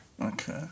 Okay